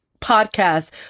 podcast